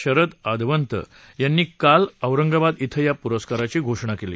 शरद अदवंत यांनी काल औरंगाबाद क्रिं या पुरस्काराची घोषणा केली